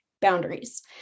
Boundaries